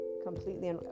completely